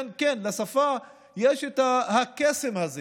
כן, לשפה יש הקסם הזה